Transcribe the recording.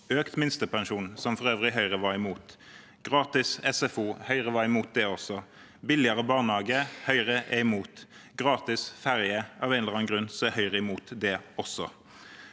økt minstepensjon, som for øvrig Høyre var imot – gratis SFO – Høyre var imot det også – billigere barnehage – Høyre er imot – gratis ferje – av en eller annen grunn er Høyre imot det også